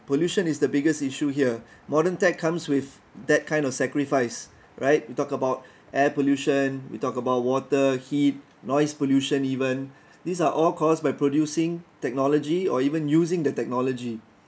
pollution is the biggest issue here modern tech comes with that kind of sacrifice right we talk about air pollution we talk about water heat noise pollution even these are all caused by producing technology or even using the technology